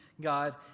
God